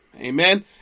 Amen